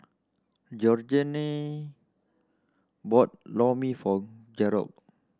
Georgene bought Lor Mee for Gerold